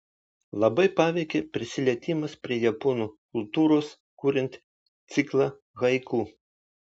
labai paveikė prisilietimas prie japonų kultūros kuriant ciklą haiku